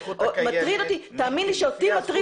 לפי הזכות הקיימת --- תאמין לי שאותי מטריד